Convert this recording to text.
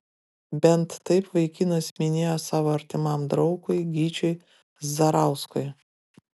bent taip vaikinas minėjo savo artimam draugui gyčiui zarauskui